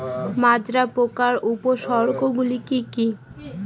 মাজরা পোকার উপসর্গগুলি কি কি?